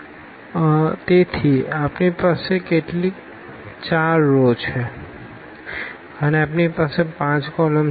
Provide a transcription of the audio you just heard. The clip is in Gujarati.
b1 2 3 ∈R તેથી આપણી પાસે કેટલી 4 રો છે અને આપણી પાસે 5 કોલમ છે